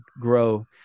grow